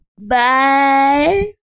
Bye